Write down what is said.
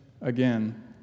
again